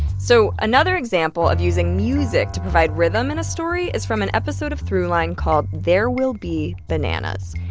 so another example of using music to provide rhythm in a story is from an episode of throughline called there will be bananas.